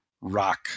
rock